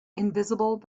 invisible